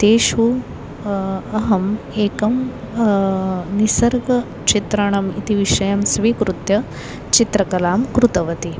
तेषु अहम् एकं निसर्गचित्रणम् इति विषयं स्वीकृत्य चित्रकलां कृतवती